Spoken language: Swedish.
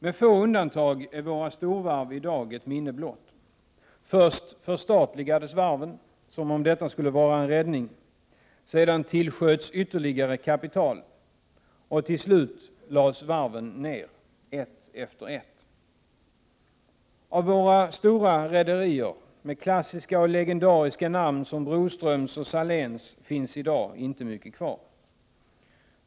Med några få undantag är våra storvarv i dag ett minne blott. Först förstatligades varven, som om detta skulle vara en räddning. Sedan tillsköts ytterligare kapital. Och till slut lades varven ned, ett efter ett. Av våra stora rederier med klassiska och legendariska namn, som Broströms och Saléns, finns i dag inte mycket kvar.